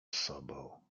sobą